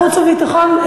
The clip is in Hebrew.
חוץ וביטחון.